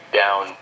down